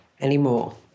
anymore